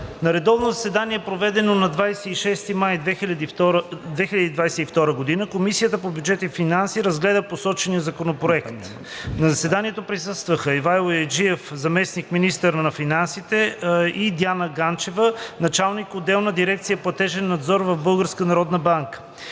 На редовно заседание, проведено на 26 май 2022 г., Комисията по бюджет и финанси разгледа посочения законопроект. На заседанието присъстваха Ивайло Яйджиев – заместник-министър на финансите, и Диана Ганчева – началник-отдел в дирекция „Платежен надзор“ в